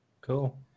Cool